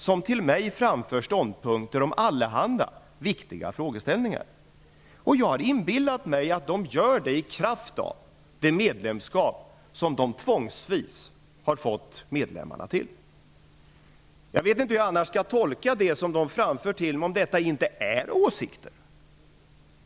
De framför till mig synpunkter om allehanda viktiga frågeställningar. Jag har inbillat mig att de gör det i kraft av det medlemskap som de tvångsvis har fått medlemmarna att gå in i. Jag vet inte hur jag annars skall tolka det som de framför till mig. Är det inte åsikter?